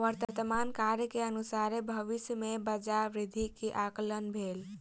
वर्तमान कार्य के अनुसारे भविष्य में बजार वृद्धि के आंकलन भेल